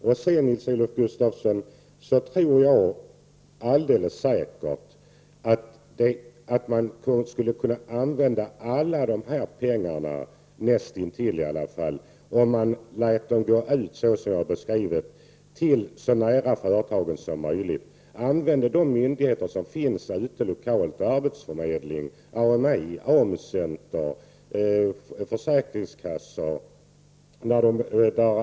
Jag är, Nils-Olof Gustafsson, övertygad om att man skulle kunna använda näst intill alla dessa pengar till åtgärder som låg företagen så nära som möjligt. Det skulle kunna ske genom de lokala myndigheterna — arbetsförmedling, AMI, AMU-centrum och försäkringskassor.